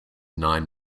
nine